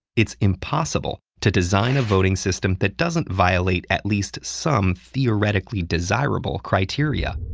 it's impossible to design a voting system that doesn't violate at least some theoretically desirable criteria.